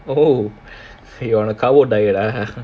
oh you are on carbs diet ah